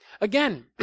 Again